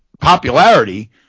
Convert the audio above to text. popularity